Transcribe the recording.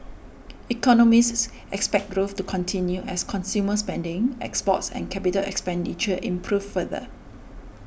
economists expect growth to continue as consumer spending exports and capital expenditure improve further